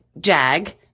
jag